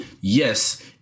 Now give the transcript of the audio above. yes